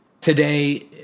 Today